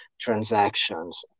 transactions